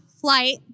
flight